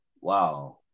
Wow